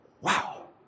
Wow